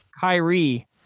Kyrie